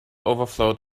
overflowed